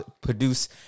produce